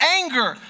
anger